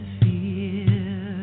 fear